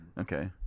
Okay